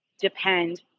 depend